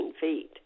feet